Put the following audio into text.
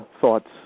thoughts